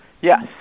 Yes